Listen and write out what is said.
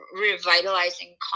revitalizing